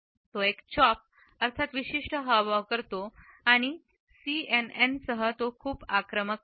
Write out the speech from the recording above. तो एक चॉप अर्थात विशिष्ट हावभाव करतो आणि सीएनएन सह तो खूप आक्रमक आहे